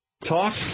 Talk